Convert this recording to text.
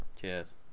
Cheers